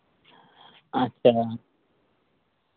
ᱟᱪᱪᱷᱟ